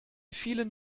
vielen